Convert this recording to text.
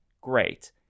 Great